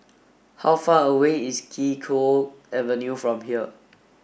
how far away is Kee Choe Avenue from here